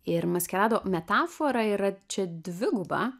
ir maskarado metafora yra čia dviguba